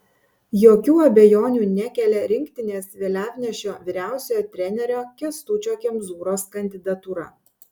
jokių abejonių nekelia rinktinės vėliavnešio vyriausiojo trenerio kęstučio kemzūros kandidatūra